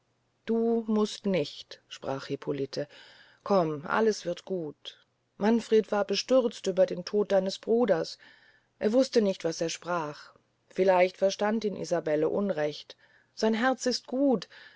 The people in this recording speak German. du mußt nicht sprach hippolite komm alles wird gut gehn manfred war bestürzt über den tod deines bruders er wuste nicht was er sprach vielleicht verstand ihn isabelle unrecht sein herz ist gut